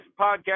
podcast